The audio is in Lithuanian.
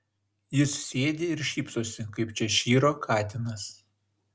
jis sėdi ir šypsosi kaip češyro katinas